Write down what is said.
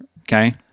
Okay